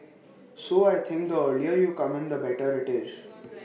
so I think the earlier you come in the better IT is